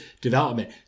development